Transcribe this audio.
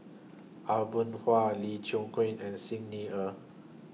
Aw Boon Haw Lee Chiaw Queen and Xi Ni Er